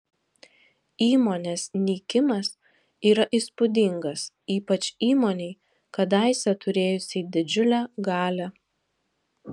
įmonės nykimas yra įspūdingas ypač įmonei kadaise turėjusiai didžiulę galią